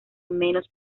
menos